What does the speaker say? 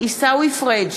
עיסאווי פריג'